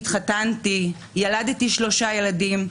התחתנתי, ילדתי שלושה ילדים,